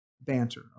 banter